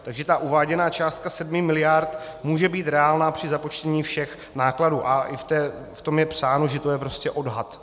Takže ta uváděná částka sedmi miliard může být reálná při započtení všech nákladů a i v tom je psáno, že to je prostě odhad.